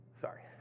Sorry